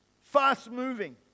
Fast-moving